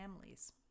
families